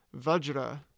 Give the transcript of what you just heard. Vajra